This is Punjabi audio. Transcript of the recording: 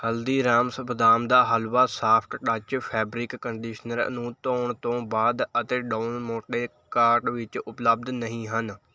ਹਲਦੀਰਾਮਸ ਬਦਾਮ ਦਾ ਹਲਵਾ ਸਾਫਟਟੱਚ ਫੈਬਰਿਕ ਕੰਡੀਸ਼ਨਰ ਨੂੰ ਧੋਣ ਤੋਂ ਬਾਅਦ ਅਤੇ ਡੌਨ ਮੋਂਟੇ ਕਾਰਟ ਵਿੱਚ ਉਪਲਬਧ ਨਹੀਂ ਹਨ